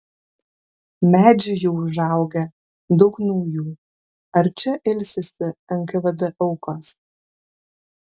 medžiai jau užaugę daug naujų ar čia ilsisi nkvd aukos